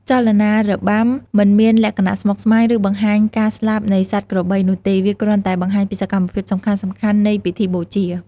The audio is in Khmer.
ចលនារបាំមិនមានលក្ខណៈស្មុគស្មាញ ឬបង្ហាញការស្លាប់នៃសត្វក្របីនោះទេ វាក្រាន់តែបង្ហាញពីសកម្មភាពសំខាន់ៗនៃពិធីបូជា។